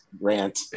rant